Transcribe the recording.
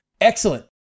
Excellent